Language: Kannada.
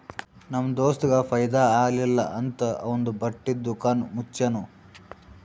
ನಮ್ ದೋಸ್ತಗ್ ಫೈದಾ ಆಲಿಲ್ಲ ಅಂತ್ ಅವಂದು ಬಟ್ಟಿ ದುಕಾನ್ ಮುಚ್ಚನೂ